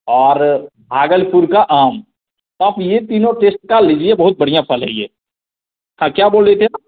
और भागलपुर का आम आप यह तीनों टेस्ट का लीजिए बहुत बढ़िया फल है यह हाँ क्या बोल रहे थे आप